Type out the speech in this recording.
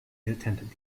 attended